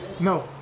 No